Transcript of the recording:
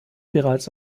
bereits